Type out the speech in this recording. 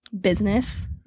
business